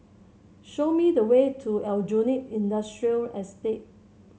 show me the way to Aljunied Industrial Estate